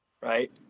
right